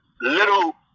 little